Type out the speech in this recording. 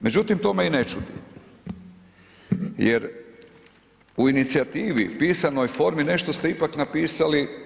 Međutim, to me i ne čudi jer u inicijativi, pisanoj formi nešto ste ipak napisali.